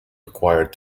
required